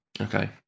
Okay